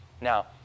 Now